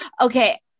okay